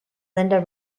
linda